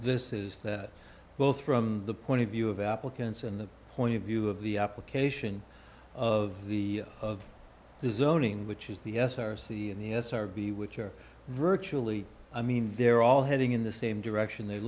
this is that both from the point of view of applicants and the point of view of the application of the of zoning which is the s r c and the s r b which are virtually i mean they're all heading in the same direction they